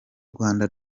rwanda